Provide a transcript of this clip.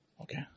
Okay